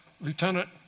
Lieutenant